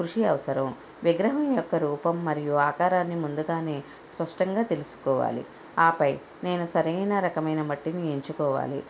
కృషి అవసరం విగ్రహం యొక్క రూపం మరియు ఆకారాన్ని ముందుగానే స్పష్టంగా తెలుసుకోవాలి ఆపై నేను సరైన రకమైన మట్టిని ఎంచుకోవాలి